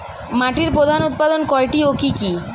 মাটির প্রধান উপাদান কয়টি ও কি কি?